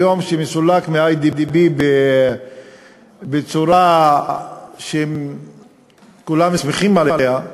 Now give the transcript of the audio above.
שהיום מסולק מ"איי.די.בי" בצורה שכולם שמחים עליה,